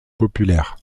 populaire